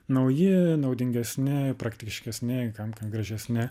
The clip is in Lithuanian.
nauji naudingesni praktiškesni kam kam gražesni